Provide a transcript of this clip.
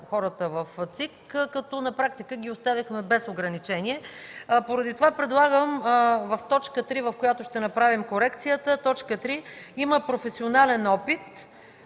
хората в ЦИК, като на практика ги оставихме без ограничение. Поради това предлагам в т. 3, в която ще направим корекцията: „3. има професионален опит